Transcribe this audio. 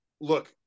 look